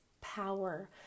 power